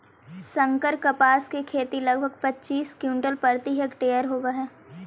संकर कपास के खेती लगभग पच्चीस क्विंटल प्रति हेक्टेयर होवऽ हई